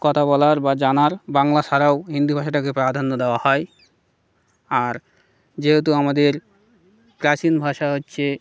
কথা বলার বা জানার বাংলা ছাড়াও হিন্দি ভাষাটাকে প্রাধান্য দেওয়া হয় আর যেহেতু আমাদের প্রাচীন ভাষা হচ্ছে